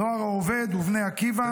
הנוער העובד ובני עקיבא,